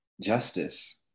justice